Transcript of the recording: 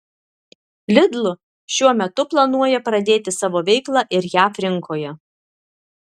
lidl šiuo metu planuoja pradėti savo veiklą ir jav rinkoje